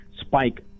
spike